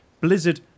Blizzard